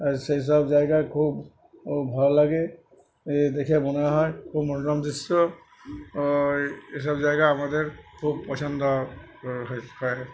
আর সেই সব জায়গা খুব ভালো লাগে এ দেখে মনে হয় খুব মনোরম দৃশ্য ও এসব জায়গা আমাদের খুব পছন্দ হয়